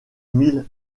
mille